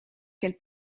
heb